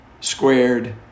squared